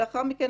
לאחר מכן,